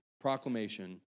proclamation